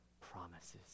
promises